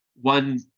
one